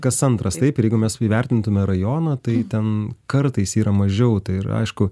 kas antras taip ir jeigu mes įvertintume rajoną tai ten kartais yra mažiau tai ir aišku